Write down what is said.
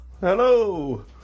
Hello